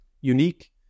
unique